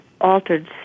altered